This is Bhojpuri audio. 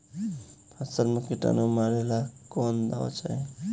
फसल में किटानु मारेला कौन दावा चाही?